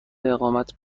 اقامت